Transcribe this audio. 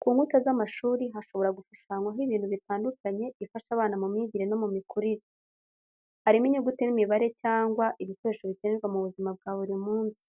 Ku nkuta z'amashuri hashobora gushushanywaho ibintu bitandukanye bifasha abana mu myigire no mu mikurire. Harimo, Inyuguti n'imibare cyangwa ibikoresho bikenerwa mu buzima bwa buri munsi.